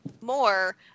more